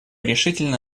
решительно